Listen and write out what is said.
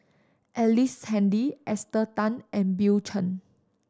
Ellice Handy Esther Tan and Bill Chen